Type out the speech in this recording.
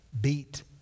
beat